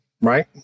right